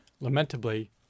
Lamentably